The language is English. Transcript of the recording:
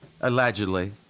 allegedly